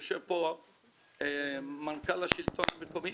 יושב פה סמנכ"ל מרכז השלטון המקומי.